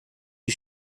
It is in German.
die